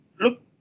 look